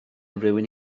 rywun